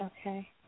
Okay